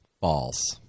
False